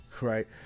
right